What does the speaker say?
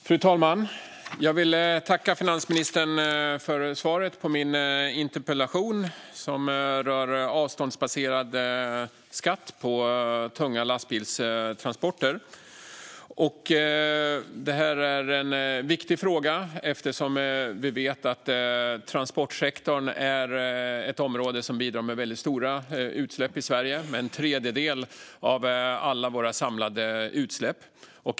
Fru talman! Jag vill tacka finansministern för svaret på min interpellation, som rör avståndsbaserad skatt på tunga lastbilstransporter. Det är en viktig fråga eftersom vi vet att transportsektorn bidrar med stora utsläpp i Sverige - en tredjedel av våra samlade utsläpp.